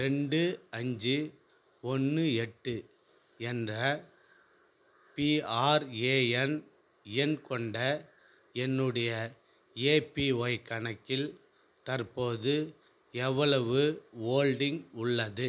ரெண்டு அஞ்சு ஒன்று எட்டு என்ற பிஆர்ஏஎன் எண் கொண்ட என்னுடைய ஏபிஒய் கணக்கில் தற்போது எவ்வளவு ஹோல்டிங் உள்ளது